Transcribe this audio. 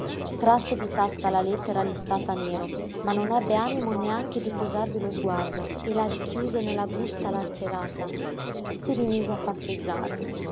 trasse di tasca la lettera listata a nero ma non ebbe animo neanche di posarvi lo sguardo e la richiuse nella busta lacerata si rimise a passeggiare